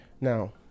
Now